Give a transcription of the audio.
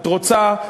את רוצה,